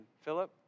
Philip